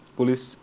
police